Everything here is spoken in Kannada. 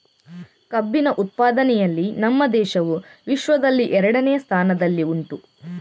ಕಬ್ಬಿನ ಉತ್ಪಾದನೆಯಲ್ಲಿ ನಮ್ಮ ದೇಶವು ವಿಶ್ವದಲ್ಲಿ ಎರಡನೆಯ ಸ್ಥಾನದಲ್ಲಿ ಉಂಟು